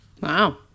Wow